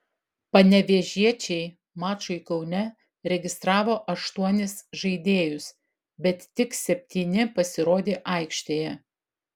panevėžiečiai mačui kaune registravo aštuonis žaidėjus bet tik septyni pasirodė aikštėje